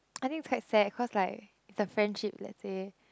I think it's quite sad cause like the friendship let's say